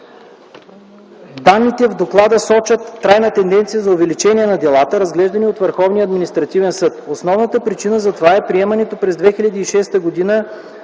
Данните в доклада сочат трайна тенденция за увеличаване на делата, разглеждани от Върховния административен съд. Основната причина за това е приемането през 2006 г. на